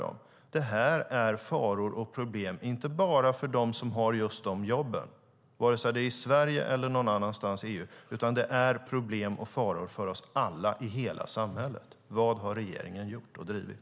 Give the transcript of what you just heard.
Det här är faror och problem inte bara för dem som har dessa jobb i Sverige eller någon annanstans i EU utan för oss alla i hela samhället. Vad har regeringen gjort och drivit?